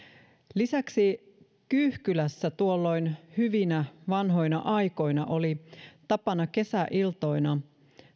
lisäksi kyyhkylässä tuolloin hyvinä vanhoina aikoina oli tapana kesäiltoina